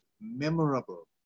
memorable